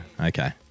Okay